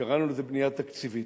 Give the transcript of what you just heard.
קראנו לזה בנייה תקציבית.